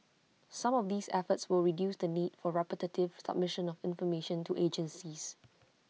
some of these efforts will reduce the need for repetitive submission of information to agencies